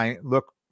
look